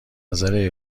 نظر